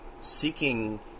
seeking